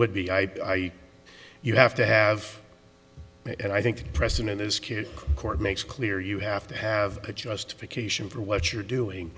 would be i you have to have it and i think precedent is kid court makes clear you have to have a justification for what you're doing